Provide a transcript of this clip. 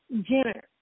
Jenner